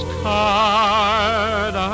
card